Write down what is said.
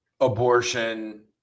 abortion